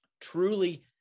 truly